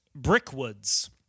Brickwoods